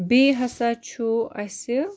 بیٚیہِ ہَسا چھُ اَسہِ